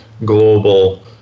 global